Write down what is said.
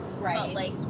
Right